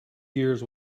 years